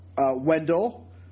Wendell